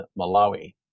Malawi